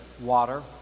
water